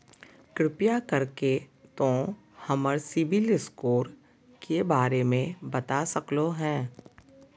कृपया कर के तों हमर सिबिल स्कोर के बारे में बता सकलो हें?